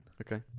Okay